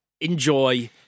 enjoy